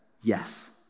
yes